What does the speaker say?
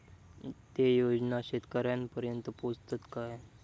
ते योजना शेतकऱ्यानपर्यंत पोचतत काय?